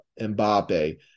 Mbappe